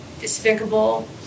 despicable